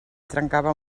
trencava